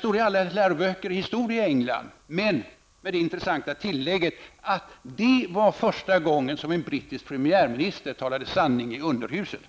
det i alla läroböcker i historia i England med det intressanta tillägget, att detta var första gången som en brittisk premiärminister talade sanning i underhuset.